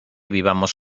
vivamos